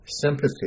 sympathy